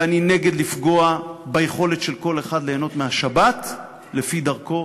ואני נגד לפגוע ביכולת של כל אחד ליהנות מהשבת לפי דרכו,